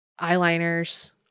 eyeliners